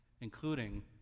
including